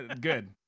Good